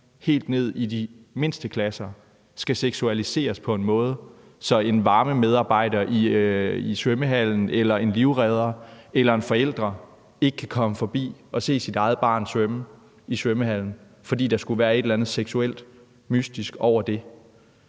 helt ned i de mindste klasser skal seksualiseres på en måde, så en varmemester i svømmehallen, en livredder eller en forælder ikke kan komme forbi og se sit eget barn svømme i svømmehallen, fordi der skulle være et eller andet seksuelt mystisk over det.